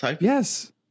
Yes